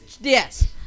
Yes